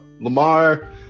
Lamar